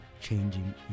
changing